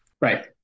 right